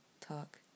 talk